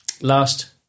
Last